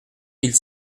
mille